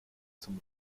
zum